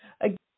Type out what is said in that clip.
Again